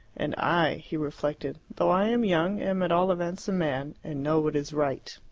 and i, he reflected, though i am young, am at all events a man, and know what is right.